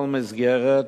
כל מסגרת